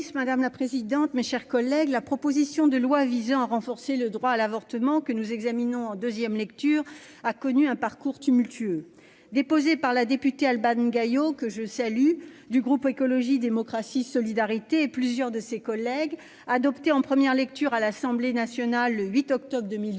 madame la ministre, mes chers collègues, la proposition de loi visant à renforcer le droit à l'avortement, que nous examinons en deuxième lecture, a connu un parcours tumultueux. Déposée par la députée Albane Gaillot, que je salue, du groupe Écologie Démocratie Solidarité, et plusieurs de ses collègues, adoptée en première lecture à l'Assemblée nationale le 8 octobre 2020,